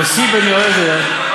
"יוסי בן יועזר איש צרדה" לא,